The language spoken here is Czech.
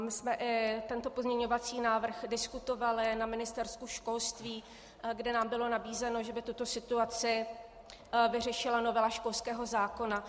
My jsme i tento pozměňovací návrh diskutovali na Ministerstvu školství, kde nám bylo nabízeno, že by tuto situaci vyřešila novela školského zákona.